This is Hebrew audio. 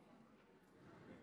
בעד,